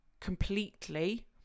completely